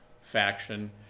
faction